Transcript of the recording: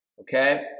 Okay